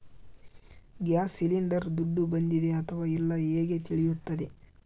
Gas cylinder ದುಡ್ಡು ಬಂದಿದೆ ಅಥವಾ ಇಲ್ಲ ಹೇಗೆ ತಿಳಿಯುತ್ತದೆ?